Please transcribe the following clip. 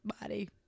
body